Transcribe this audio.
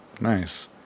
nice